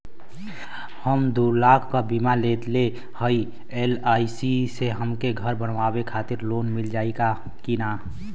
हम दूलाख क बीमा लेले हई एल.आई.सी से हमके घर बनवावे खातिर लोन मिल जाई कि ना?